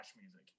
music